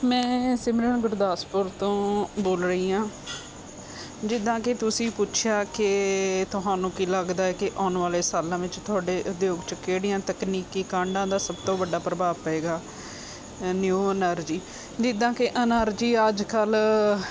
ਮੈਂ ਸਿਮਰਨ ਗੁਰਦਾਸਪੁਰ ਤੋਂ ਬੋਲ ਰਹੀ ਹਾਂ ਜਿੱਦਾਂ ਕਿ ਤੁਸੀਂ ਪੁੱਛਿਆ ਕਿ ਤੁਹਾਨੂੰ ਕੀ ਲੱਗਦਾ ਹੈ ਕਿ ਆਉਣ ਵਾਲੇ ਸਾਲਾਂ ਵਿੱਚ ਤੁਹਾਡੇ ਉਦਯੋਗ 'ਚ ਕਿਹੜੀਆਂ ਤਕਨੀਕੀ ਕਾਢਾਂ ਦਾ ਸਭ ਤੋਂ ਵੱਡਾ ਪ੍ਰਭਾਵ ਪਏਗਾ ਅ ਨਿਊ ਅਨਰਜੀ ਜਿੱਦਾਂ ਕਿ ਅਨਰਜੀ ਅੱਜ ਕੱਲ੍ਹ